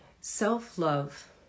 Self-love